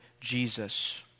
Jesus